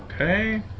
Okay